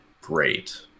great